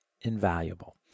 invaluable